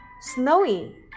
Snowy